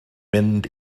mynd